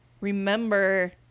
remember